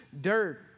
dirt